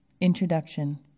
Introduction